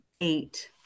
eight